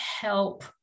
help